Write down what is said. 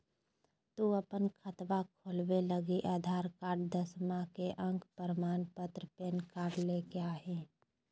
तू अपन खतवा खोलवे लागी आधार कार्ड, दसवां के अक प्रमाण पत्र, पैन कार्ड ले के अइह